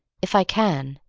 if i can,